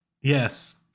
Yes